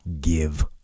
give